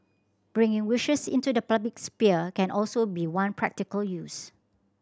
bringing wishes into the public sphere can also be one practical use